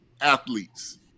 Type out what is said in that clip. athletes